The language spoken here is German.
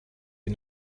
wir